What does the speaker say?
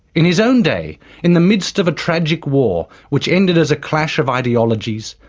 in his own day in the midst of a tragic war, which ended as a clash of ideologies,